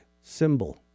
symbol